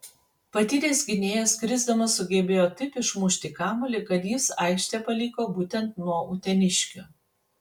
patyręs gynėjas krisdamas sugebėjo taip išmušti kamuolį kad jis aikštę paliko būtent nuo uteniškio